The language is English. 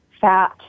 fat